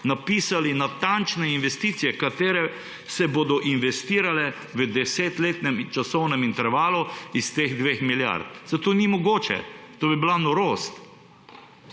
napisali natančne investicije, katere se bodo investirale v desetletnem časovnem intervalu iz teh dveh milijard. Saj to ni mogoče. To bi bila norost.